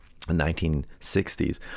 1960s